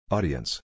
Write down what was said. Audience